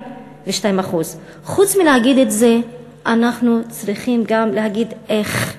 42%. חוץ מלהגיד את זה צריך גם להגיד איך.